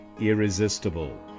irresistible